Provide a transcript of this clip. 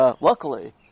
luckily